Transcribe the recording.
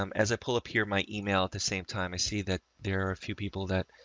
um as i pull up here, my email at the same time, i see that there are a few people that,